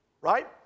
Right